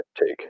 take